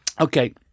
Okay